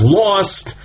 lost